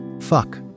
fuck